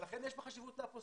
לכן יש חשיבות לאפוסטיל.